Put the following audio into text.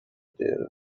değerinde